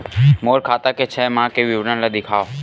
मोर खाता के छः माह के विवरण ल दिखाव?